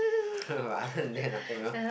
but other than that nothing lor